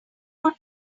would